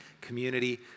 community